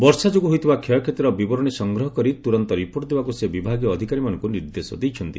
ବର୍ଷା ଯୋଗୁଁ ହୋଇଥିବା କ୍ଷୟକ୍ଷତିର ବିବରଣୀ ସଂଗ୍ରହ କରି ତୁରନ୍ତ ରିପୋର୍ଟ ଦେବାକୁ ସେ ବିଭାଗୀୟ ଅଧିକାରୀମାନଙ୍କୁ ନିର୍ଦ୍ଦେଶ ଦେଇଛନ୍ତି